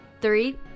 Three